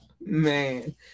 Man